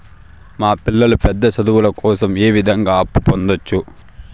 మా పిల్లలు పెద్ద చదువులు కోసం ఏ విధంగా అప్పు పొందొచ్చు?